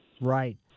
Right